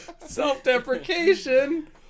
Self-deprecation